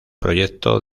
proyecto